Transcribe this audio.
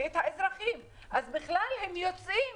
אז הם יוצאים,